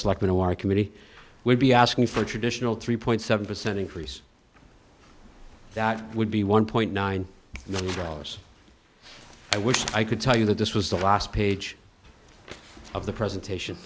selectmen our committee would be asking for a traditional three point seven percent increase that would be one point nine million dollars i wish i could tell you that this was the last page of the presentation